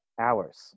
Hours